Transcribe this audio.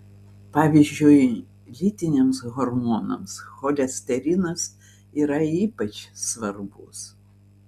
pavyzdžiui lytiniams hormonams cholesterinas yra ypač svarbus